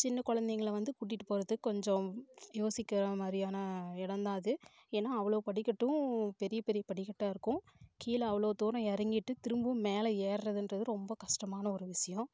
சின்ன குழந்தைங்கள வந்து கூட்டிட்டு போகிறதுக்கு கொஞ்சம் யோசிக்கிற மாதிரியான இடம் தான் அது ஏன்னா அவ்வளோ படிக்கட்டும் பெரிய பெரிய படிக்கட்டாக இருக்கும் கீழே அவ்வளோ தூரம் இறங்கிட்டு திரும்பவும் மேலே ஏறுறதுன்றது ரொம்ப கஷ்டமான ஒரு விஷயம்